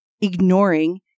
ignoring